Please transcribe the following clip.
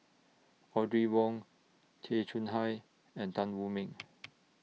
Audrey Wong Tay Chong Hai and Tan Wu Meng